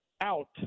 out